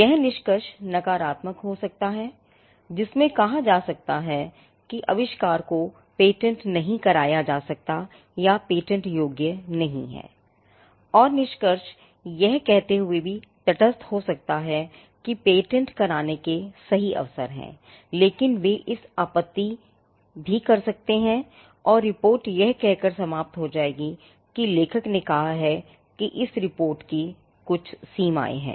यह निष्कर्ष नकारात्मक हो सकता है जिसमें कहा जा सकता है कि आविष्कार को पेटेंट नहीं किया जा सकता है या पेटेंट योग्य नहीं है और निष्कर्ष यह कहते हुए भी तटस्थ हो सकता है कि पेटेंट कराने के सही अवसर हैं लेकिन वे इस पर आपत्ति भी कर सकते हैं और रिपोर्ट यह कहकर समाप्त हो जाएगी कि लेखक ने कहा है कि इस रिपोर्ट की कुछ सीमाएं हैं